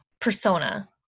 persona